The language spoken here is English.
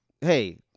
Hey